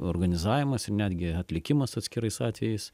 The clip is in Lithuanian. organizavimas ir netgi atlikimas atskirais atvejais